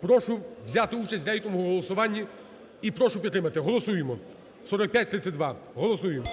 Прошу взяти участь в рейтинговому голосуванні і прошу підтримати. Голосуємо 4532, голосуємо.